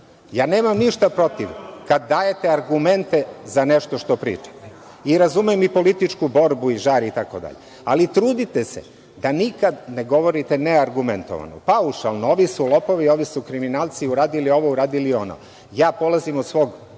Nemam ništa protiv kada dajete argumente za nešto što pričate. Razumem i političku borbu i žar, itd. Ali, trudite se da nikad ne govorite neargumentovano. Paušalno – ovi su lopovi, ovi su kriminalci, uradili ovo, uradili ono. Ja polazim od svog